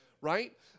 right